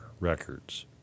records